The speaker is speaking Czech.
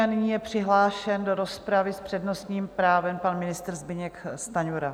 Nyní je přihlášen do rozpravy s přednostním právem pan ministr Zbyněk Stanjura.